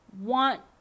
want